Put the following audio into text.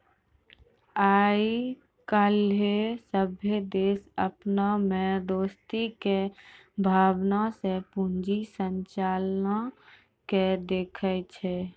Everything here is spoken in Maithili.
आइ काल्हि सभ्भे देश अपना मे दोस्ती के भावना से पूंजी संरचना के देखै छै